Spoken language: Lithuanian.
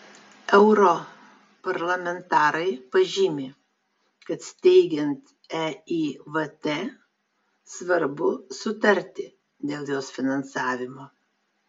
europarlamentarai pažymi kad steigiant eivt svarbu sutarti dėl jos finansavimo